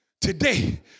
today